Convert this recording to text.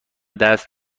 دست